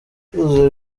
cyuzuzo